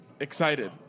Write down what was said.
excited